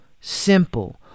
simple